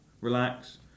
relax